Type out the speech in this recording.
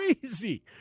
crazy